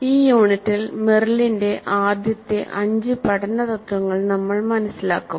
ഈ യൂണിറ്റിൽ മെറിലിന്റെ ആദ്യത്തെ അഞ്ച് പഠന തത്ത്വങ്ങൾ നമ്മൾ മനസ്സിലാക്കും